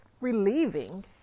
relieving